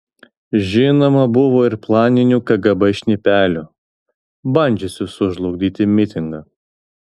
žinoma buvo ir planinių kgb šnipelių bandžiusių sužlugdyti mitingą